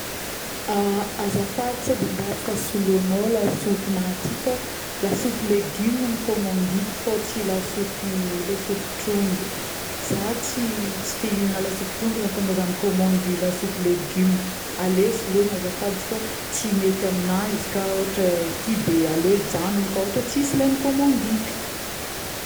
˂hesitation˃azafady sô de mba afaka solognao lasopina ty fô, lasopy légume no komandiko fô tsy lasopy trondro, za tsy, tsy te hignana lasopy trondro nahatongaza nikomandy lasopy légume, aleo sologna azafady fô tsy mety amina izy ka ôhatra ity de aleo ijagnona ka ôhatra ka tsisy le nikomandiky